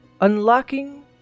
Unlocking